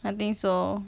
I think so